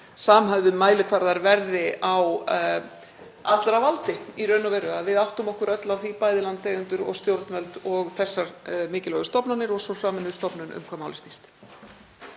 samhæfðu mælikvarðar verði á allra valdi í raun og veru, að við áttum okkur öll á því, bæði landeigendur og stjórnvöld og þessar mikilvægu stofnanir og svo sameinuð stofnun, um hvað málið snýst.